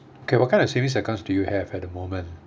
okay what kind of savings accounts do you have at the moment